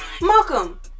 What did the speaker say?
Malcolm